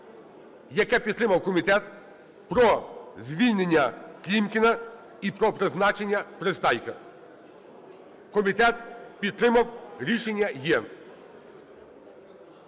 яке підтримав комітет, про звільнення Клімкіна і про призначення Пристайка. Комітет підтримав. Рішення є.